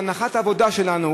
בהנחת העבודה שלנו,